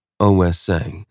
OSA